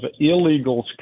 illegals